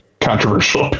controversial